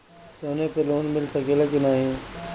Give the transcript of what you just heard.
सोना पे लोन मिल सकेला की नाहीं?